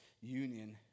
union